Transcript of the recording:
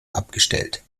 abgestellt